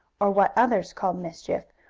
or what others called mischief,